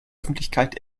öffentlichkeit